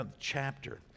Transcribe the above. chapter